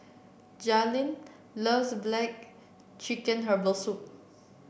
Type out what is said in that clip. Jaylen loves black chicken Herbal Soup